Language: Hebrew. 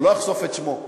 לא אחשוף את שמו.